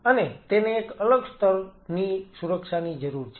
અને તેને એક અલગ સ્તર ની સુરક્ષાની જરૂર છે